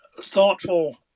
thoughtful